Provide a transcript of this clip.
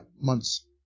months